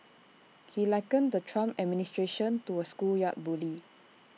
he likened the Trump administration to A schoolyard bully